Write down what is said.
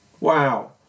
Wow